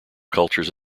cultures